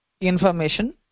information